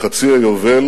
בחצי היובל